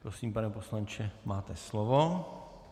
Prosím, pane poslanče, máte slovo.